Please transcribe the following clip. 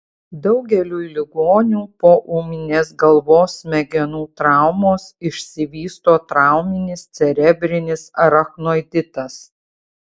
daugeliui ligonių po ūminės galvos smegenų traumos išsivysto trauminis cerebrinis arachnoiditas